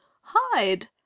hide